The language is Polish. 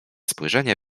spojrzenie